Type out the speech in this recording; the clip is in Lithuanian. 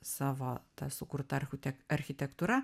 savo sukurta archutek architektūra